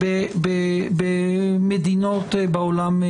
במדינות בעולם.